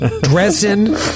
Dresden